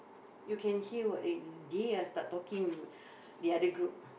you can hear what they they are start talking the other group